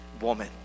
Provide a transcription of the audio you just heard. woman